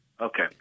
Okay